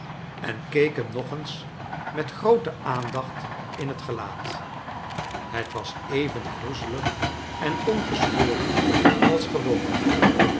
en keek hem nog eens met groote aandacht in het geiaat het was even groezelig en ongeschoren als gewoonlijk